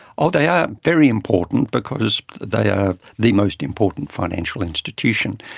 ah they are very important because they are the most important financial institution.